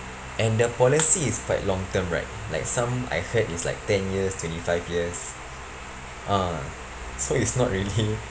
and the policies is quite long term right like some I heard is like ten years twenty five years uh so it's not really